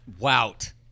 Wout